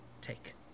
take